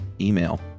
email